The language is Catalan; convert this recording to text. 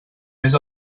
més